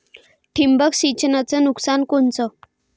ठिबक सिंचनचं नुकसान कोनचं?